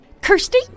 Kirsty